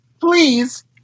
please